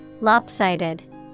Lopsided